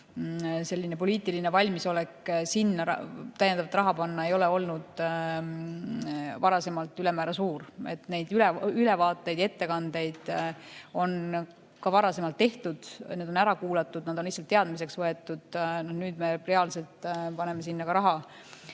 tõepoolest poliitiline valmisolek sinna täiendavalt raha panna ei ole olnud varasemalt ülemäära suur. Neid ülevaateid ja ettekandeid on ka varem tehtud, need on ära kuulatud, aga need on lihtsalt teadmiseks võetud. Nüüd me reaalselt paneme sinna ka